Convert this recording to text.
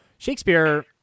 Shakespeare